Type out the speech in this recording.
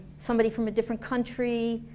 somebody from a different country